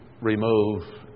remove